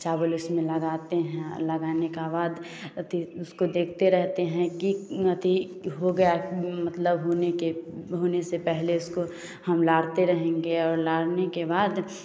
चावल उसमे लगाते हैं और लगाने का बाद अथी उसको देखते रहते हैं की अथी हो गया मतलब होने के होने से पहले उसको हम लारते रहेंगे और लारने के बाद